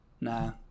Nah